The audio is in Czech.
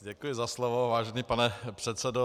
Děkuji za slovo, vážený pane předsedo.